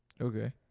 Okay